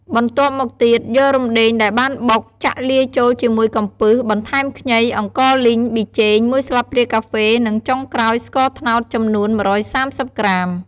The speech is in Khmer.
បន្ទាប់មកទៀត យករំដេងដែលបានបុក ចាក់លាយចូលជាមួយកំពឹស បន្ថែមខ្ញី អង្ករលីង ប៊ីចេង ១ស្លាបព្រាកាហ្វេ និងចុងក្រោយ ស្ករត្នោតចំនួន ១៣០ ក្រាម។